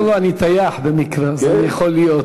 לא לא, אני טייח במקרה, אז אני יכול להיות.